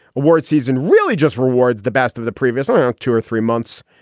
award season really just rewards the best of the previous ah and two or three months.